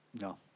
no